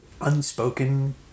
unspoken